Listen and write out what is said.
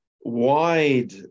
wide